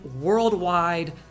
worldwide